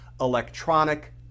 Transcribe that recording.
electronic